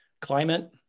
climate